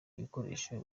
ibikoresho